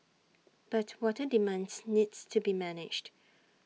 but water demands needs to be managed